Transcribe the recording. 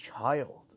child